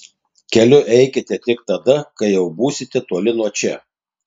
keliu eikite tik tada kai jau būsite toli nuo čia